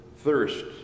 Thirst